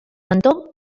mentó